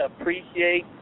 appreciate